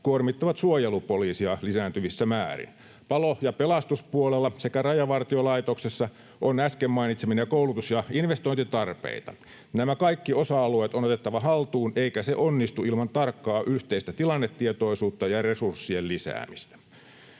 kuormittavat suojelupoliisia lisääntyvissä määrin. Palo- ja pelastuspuolella sekä Rajavartiolaitoksessa on äsken mainitsemiani koulutus- ja investointitarpeita. Nämä kaikki osa-alueet on otettava haltuun, eikä se onnistu ilman tarkkaa yhteistä tilannetietoisuutta ja resurssien lisäämistä.